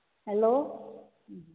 hello